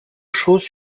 choses